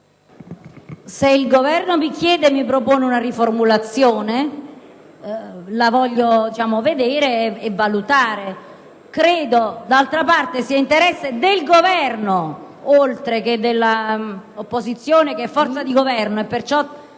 mi chiede e mi propone una riformulazione, la voglio vedere e valutare. Credo, d'altra parte, sia interesse del Governo, oltre che dell'opposizione che è forza di governo